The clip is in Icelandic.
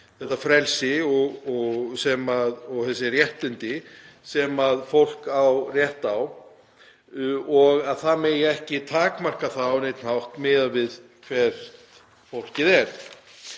það frelsi og þessi réttindi sem fólk á rétt á og að það megi ekki takmarka á neinn hátt miðað við hvert fólkið er.